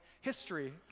history